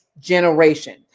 Generation